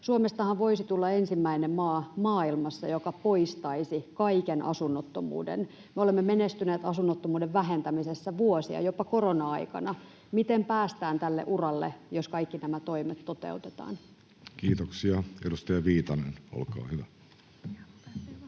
Suomestahan voisi tulla ensimmäinen maa maailmassa, joka poistaisi kaiken asunnottomuuden. Me olemme menestyneet asunnottomuuden vähentämisessä vuosia, jopa korona-aikana. Miten päästään tälle uralle, jos kaikki nämä toimet toteutetaan? Kiitoksia. — Edustaja Viitanen, olkaa hyvä.